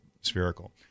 spherical